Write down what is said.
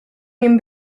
nim